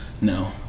No